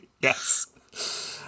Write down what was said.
Yes